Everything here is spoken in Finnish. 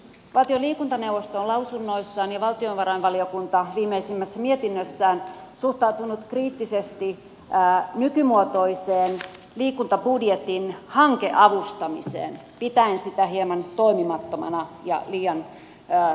valtion liikuntaneuvosto on lausunnoissaan ja valtiovarainvaliokunta viimeisimmässä mietinnössään suhtautunut kriittisesti nykymuotoiseen liikuntabudjetin hankeavustamiseen pitäen sitä hieman toimimattomana ja liian sirpaleisena